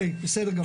אוקיי, בסדר גמור.